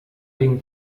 den